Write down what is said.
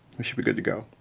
we should be good to go.